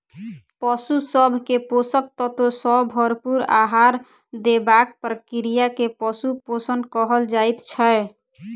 पशु सभ के पोषक तत्व सॅ भरपूर आहार देबाक प्रक्रिया के पशु पोषण कहल जाइत छै